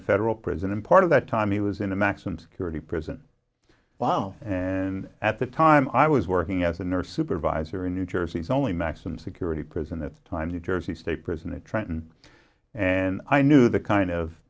a federal prison and part of that time he was in a maximum security prison while and at the time i was working as a nurse supervisor in new jersey's only maximum security prison the times new jersey state prison at trenton and i knew the kind of